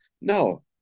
No